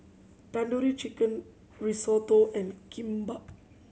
Tandoori Chicken Risotto and Kimbap